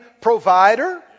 provider